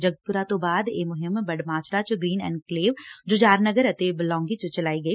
ਜਗਤਪੁਰਾ ਤੋ ਬਾਅਦ ਇਹ ਮੁਹਿੰਮ ਬਡ ਮਾਜਰਾ 'ਚ ਗ੍ੀਨ ਐਨਕਲੇਵ ਜੁਝਾਰ ਨਗਰ ਅਤੇ ਬਲੌਗੀ 'ਚ ਚਲਾਈ ਗਈ